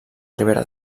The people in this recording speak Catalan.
ribera